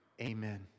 amen